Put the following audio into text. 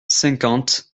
cinquante